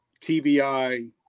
TBI